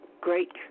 Great